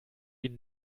ihn